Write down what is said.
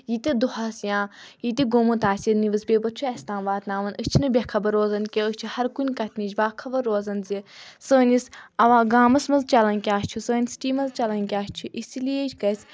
یہِ تہِ دۄہَس یا یہِ تہِ گوٚمُت آسہِ نِوٕزپیپَر چھُ اَسہِ تام واتناوان أسۍ چھِنہٕ بےٚ خَبر روزان کینٛہہ أسۍ چھِ ہر کُنہِ کَتھ نِش باخبَر روزَان زِ سٲنِس گامَس منٛز چَلان کیاہ چھُ سٲنِس سِٹی منٛز چَلَن کیاہ چھُ اسی لیے گژھِ